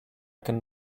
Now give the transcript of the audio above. can